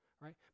right